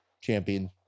champion